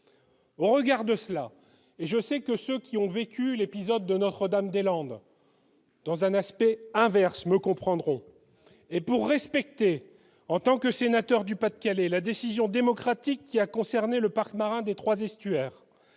Regarde cela et je sais que ceux qui ont vécu l'épisode de Notre-Dame-des-Landes. Dans un aspect inverse me comprendront et pour respecter en tant que sénateur du Pas-de-Calais la décision démocratique qui a concerné le parc marin des 3 estuaires